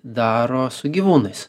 daro su gyvūnais